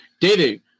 David